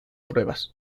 pruebas